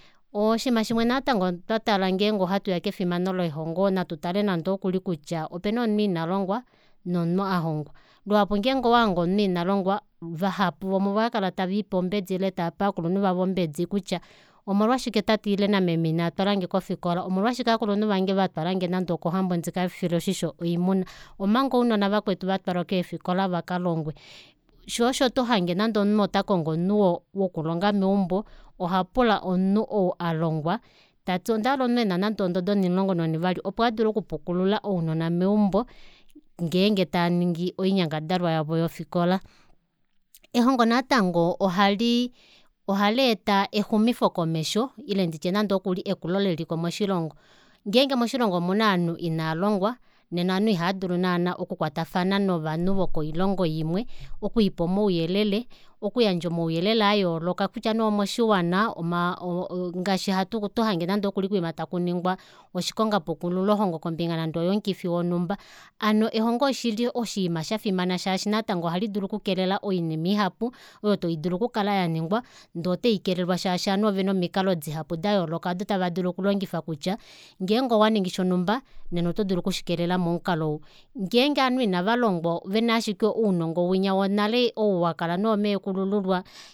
Oshiima shimwe natango twatala ngenge otashiya kefimano lelongo natu tale nande okuli kutya opena omunhu inalongwa nomunhu alongwa luhapu ngenge owahange omunhu inalongwa vahapu vomuvo ohaakala taviipe ombedi ile tavape ovakulunhu vavo eembedi kutya omolwashike tate ile meme inaatwalange kofikola omolwashike aakulunhu vange vatwalange nande okohambo ndika file oshisho oimuna omanga ounona vakwetu vatwalwa keefikola vakalongwe shoo osho tohange omunhu nande otakongo omunhu wokulonga meumbo ohapula omunhu ou alongwa tati ondahala omunhu ena nande ondodo onimulongo nonivali opo adule okupukulula ounona meumbo ngeenge taaningi oinyangadalwa yavo yofikola ehongo natango ohaleeta exumifokomesho ile nditye nandekuli ekulo leliko moshilongo ngeenge moshilongo omuna ovanhu inavalongwa nena ovanhu ihadulu naana oku kwatafana novanhu voikoilongo imwe okwiipa omauyelele okuyandja omauyelele ayooloka kutya nee omoshiwana ngaashi tohange nande okuli koima takuningwa oshikongapukululo kombinga nande oyomukifi wonhumba hano elongo olili oshinima shafimana shaashi natango ohalidulu okukelela oinima ihapu oyo taidulu okukala yaningwa ndee otaikelelwa shaashi ovanhu ovena omikalo dihapu dayooloka odo tava dulu okulongifa kutya ngenge owaningi shonumba nena otodulu okushikelela momukalo ou ngenge ovanhu inavalongwa vena ashike ounongo winya wonale ou wakala noomekulululwa